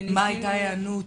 מה הייתה הענות?